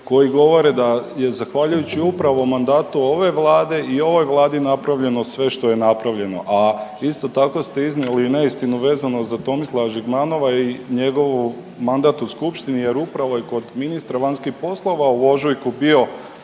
koji govore da je zahvaljujući upravo mandatu ove Vlade i ovoj Vladi napravljeno sve što je napravljeno. A isto tako ste iznijeli i neistinu vezano za Tomislava Žigmanova i njegov mandat u Skupštini, jer upravo je kod ministra vanjskih poslova u ožujku bio